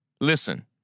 Listen